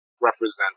represents